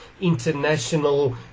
international